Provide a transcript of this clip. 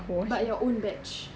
but your own batch